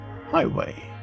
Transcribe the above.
Highway